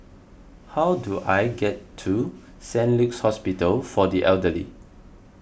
how do I get to Saint Luke's Hospital for the Elderly